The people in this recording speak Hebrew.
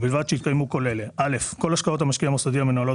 ובלבד שהתקיימו כל אלה: כל השקעות המשקיע המוסדי המנוהלות